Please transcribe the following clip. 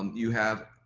um you have,